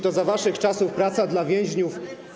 To za waszych czasów praca dla więźniów.